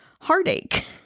heartache